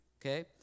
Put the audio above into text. Okay